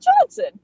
Johnson